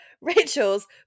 Rachel's